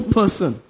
person